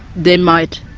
they might